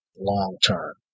long-term